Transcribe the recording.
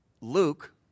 Luke